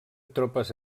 tropes